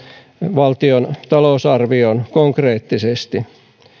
valtion talousarvioon konkreettisesti